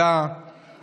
חשובה